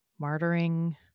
martyring